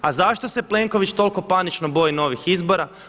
A zašto se Plenković toliko panično boji novih izbora?